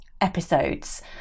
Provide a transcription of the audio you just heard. episodes